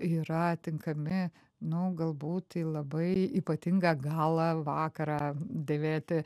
yra tinkami nu galbūt į labai ypatingą galą vakarą dėvėti